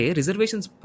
reservations